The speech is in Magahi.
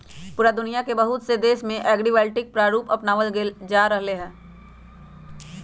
पूरा दुनिया के बहुत से देश में एग्रिवोल्टिक प्रारूप अपनावल जा रहले है